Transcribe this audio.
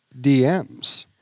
DMs